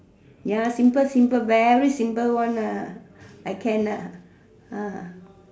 ya simple simple very simple one lah I can